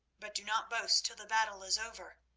but do not boast till the battle is over,